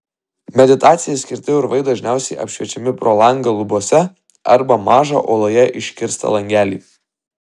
meditacijai skirti urvai dažniausiai apšviečiami pro angą lubose arba mažą uoloje iškirstą langelį